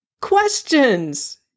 questions